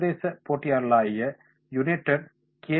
சர்வதேச போட்டியாளர்களாகிய United K